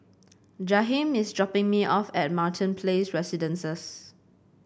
Jaheim is dropping me off at Martin Place Residences